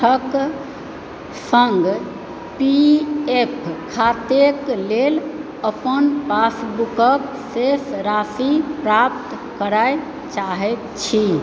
आठक सङ्ग P F खाताक लेल अपन पासबुकक शेष राशि प्राप्त करय चाहैत छी